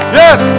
yes